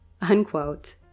Unquote